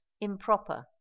improper